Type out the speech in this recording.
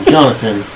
Jonathan